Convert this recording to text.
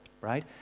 right